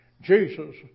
Jesus